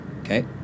Okay